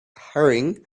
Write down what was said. hurrying